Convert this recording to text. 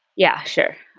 yeah, sure.